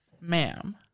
Ma'am